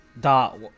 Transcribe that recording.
Dot